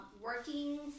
working